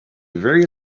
very